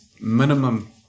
minimum